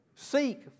Seek